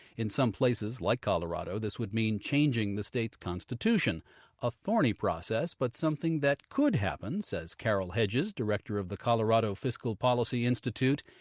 in some places like colorado, this would mean changing the state's constitution a thorny process but something that could happen, says carol hedges, director of the colorado fiscal policy institute,